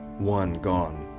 one gone.